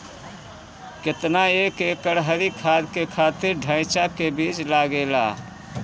केतना एक एकड़ हरी खाद के खातिर ढैचा के बीज लागेला?